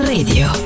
Radio